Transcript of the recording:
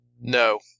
No